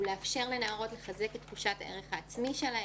הוא לאפשר לנערות לחזק את תחושת הערך העצמי שלהן,